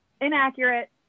inaccurate